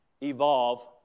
evolve